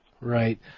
Right